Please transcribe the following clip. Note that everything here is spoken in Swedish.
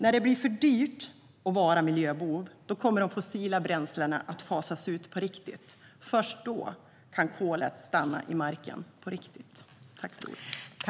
När det blir för dyrt att vara miljöbov kommer de fossila bränslena att fasas ut på riktigt. Först då kan kolet stanna i marken på riktigt.